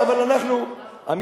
אני אומר,